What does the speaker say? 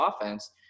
offense